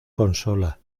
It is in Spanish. consola